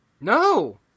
No